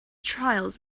trials